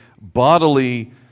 bodily